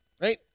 Right